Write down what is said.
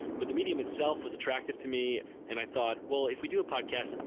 but the medium itself was attractive to me and i thought, well, if we do a podcast,